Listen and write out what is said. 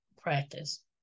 practice